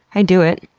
i do it.